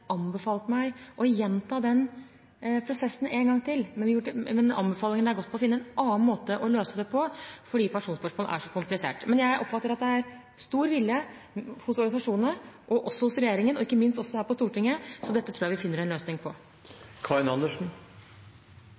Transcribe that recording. anbefalt meg å gjenta den prosessen en gang til. Anbefalingene har gått på å finne en annen måte å løse det på, fordi pensjonsspørsmål er så kompliserte. Men jeg oppfatter at det er stor vilje hos organisasjonene, hos regjeringen og ikke minst her på Stortinget, så dette tror jeg vi finner en løsning